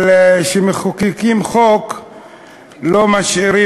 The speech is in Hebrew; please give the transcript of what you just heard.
אבל כשמחוקקים חוק לא משאירים,